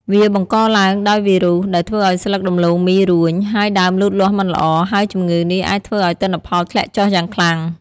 វាបង្កឡើងដោយវីរុស ដែលធ្វើឱ្យស្លឹកដំឡូងមីរួញ ហើយដើមលូតលាស់មិនល្អ ហើយជំងឺនេះអាចធ្វើឱ្យទិន្នផលធ្លាក់ចុះយ៉ាងខ្លាំង។